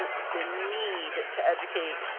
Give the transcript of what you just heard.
the need to educate,